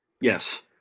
Yes